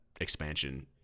expansion